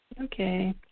okay